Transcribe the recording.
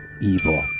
Evil